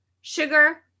sugar